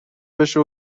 بشه